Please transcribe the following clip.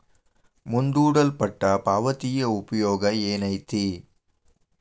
ಮುಂದೂಡಲ್ಪಟ್ಟ ಪಾವತಿಯ ಉಪಯೋಗ ಏನೈತಿ